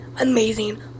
amazing